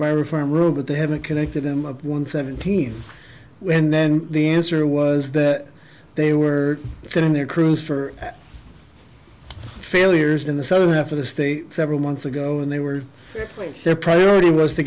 by reform room but they haven't connected them up one seventeen and then the answer was that they were getting their crews for failures in the southern half of the state several months ago and they were replaced their priority was to